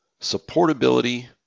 supportability